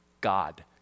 God